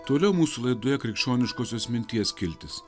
toliau mūsų laidoje krikščioniškosios minties skiltis